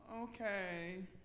Okay